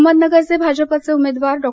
अहमदनगरचे भाजपाचे उमेदवार डॉ